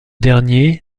dernier